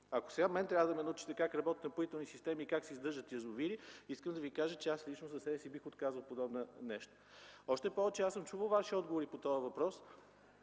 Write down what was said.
Ако сега мен трябва да ме научите как работят „Напоителни системи” и как се поддържат язовири, искам да Ви кажа, че аз лично за себе си бих отказал подобно нещо. Аз съм чувал Ваши отговори по този въпрос.